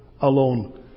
alone